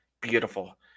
beautiful